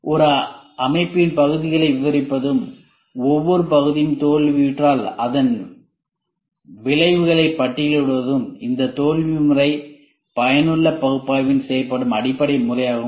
ஒரு அமைப்பின் பகுதிகளை விவரிப்பதும் ஒவ்வொரு பகுதியும் தோல்வியுற்றால் அதன் விளைவுகளை பட்டியலிடுவதும் இந்த தோல்வி முறை பயனுள்ள பகுப்பாய்வில் செய்யப்படும் அடிப்படை முறையாகும்